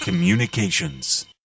Communications